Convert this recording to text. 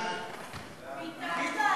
ביטן.